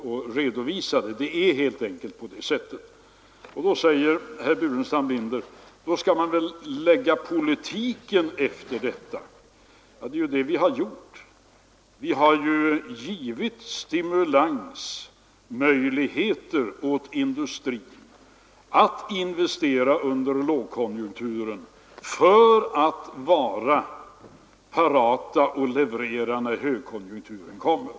Ja, det är ju det vi har gjort. Vi har skapat stimulansmöjligheter så att industrierna kan investera under lågkonjunkturen för att vara parata att leverera när högkonjunkturen kommer.